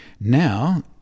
Now